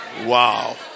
Wow